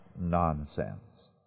nonsense